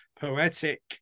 poetic